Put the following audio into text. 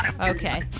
Okay